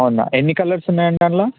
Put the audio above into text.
అవునా ఎన్ని కలర్స్ ఉన్నాయండి అందులో